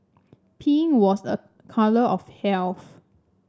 pink was a colour of health